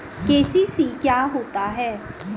KCC क्या होता है?